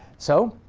so,